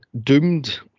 Doomed